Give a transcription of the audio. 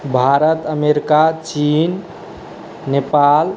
Bharat America चीन नेपाल